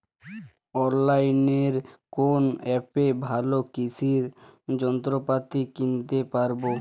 অনলাইনের কোন অ্যাপে ভালো কৃষির যন্ত্রপাতি কিনতে পারবো?